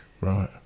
Right